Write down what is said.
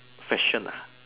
fashion ah